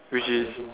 which is